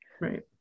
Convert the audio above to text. right